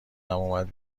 اومد